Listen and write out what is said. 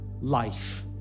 life